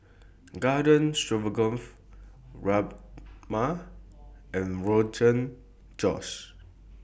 Garden Stroganoff Rajma and Rogan Josh